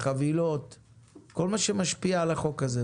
כל מה שמשפיע על החוק הזה.